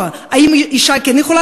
ואין לו זכות לקבוע האם אישה כן יכולה